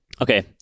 Okay